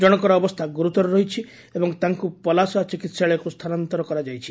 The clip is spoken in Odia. ଜଣଙ୍କର ଅବସ୍ଛା ଗୁରୁତର ରହିଛି ଏବଂ ତାଙ୍କୁ ପଲାସା ଚିକିହାଳୟକୁ ସ୍ରାନାନ୍ତର କରାଯାଇଛି